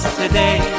today